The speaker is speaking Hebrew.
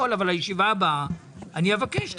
אבל לישיבה הבאה אני אבקש שהוא יגיע.